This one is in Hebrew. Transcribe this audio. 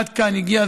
עד כאן הגיע,